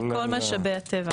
זה כל משאבי הטבע.